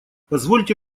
позвольте